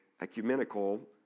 ecumenical